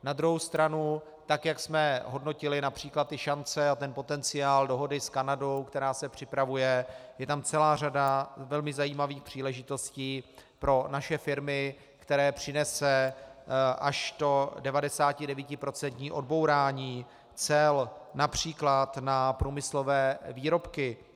Na druhou stranu, tak jak jsme hodnotili například šance a potenciál dohody s Kanadou, která se připravuje, je tam celá řada velmi zajímavých příležitostí pro naše firmy, které přinese až to 99% odbourání cel, například na průmyslové výrobky.